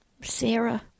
Sarah